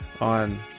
on